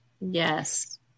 Yes